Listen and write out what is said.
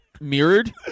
Mirrored